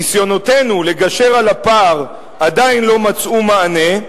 ניסיונותינו לגשר על הפער עדיין לא מצאו מענה,